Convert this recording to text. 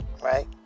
Right